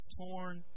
torn